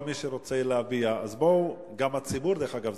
כל מי שרוצה להביע, אז בואו, גם הציבור, דרך אגב.